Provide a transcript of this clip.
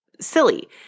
silly